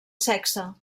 sexe